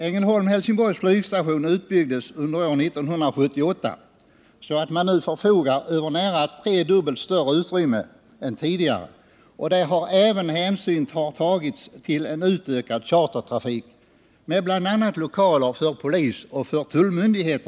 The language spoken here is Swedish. Ängelholm-Helsingborgs flygstation utbyggdes under år 1978 så att man nu förfogar över nära tredubbelt större utrymme. Där är även hänsyn tagen tillen utökad chartertrafik med bl.a. lokaler för polisoch tullmyndighet.